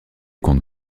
compte